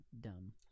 dumb